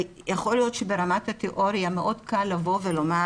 יכול להיות שברמת התיאוריה מאוד קל לבוא ולומר